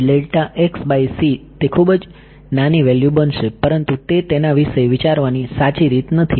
તેથી તે ખૂબ જ નાની વેલ્યૂ બનશે પરંતુ તે તેના વિશે વિચારવાની સાચી રીત નથી